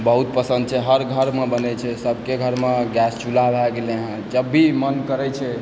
बहुत पसन्द छै हर घरमे बनय छै सबके घरमे गैस चूल्हा भए गेलै हँ जब भी मन करय छै